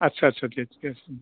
आच्चा आच्चा दे